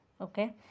okay